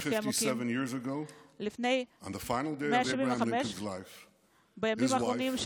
ביחד.) אדוני יושב-ראש בית הנבחרים,